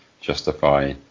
justify